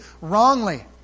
wrongly